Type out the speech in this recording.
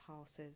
houses